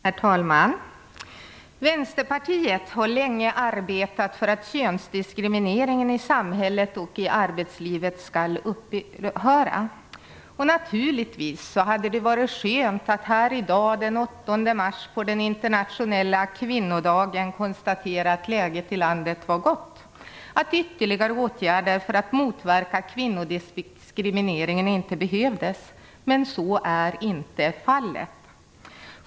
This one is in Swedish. Herr talman! Vänsterpartiet har länge arbetat för att könsdiskrimineringen i samhället och i arbetslivet skall upphöra. Naturligtvis hade det varit skönt att här i dag den 8 mars på den internationella kvinnodagen kunna konstatera att läget i landet var gott och att ytterligare åtgärder för att motverka kvinnodiskrimineringen inte behövdes, men så är inte fallet.